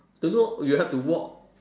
don't know you have to walk